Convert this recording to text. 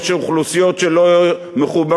יש אוכלוסיות שעוד לא מחוברות,